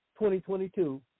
2022